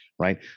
Right